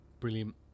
brilliant